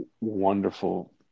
wonderful